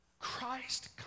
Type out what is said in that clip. Christ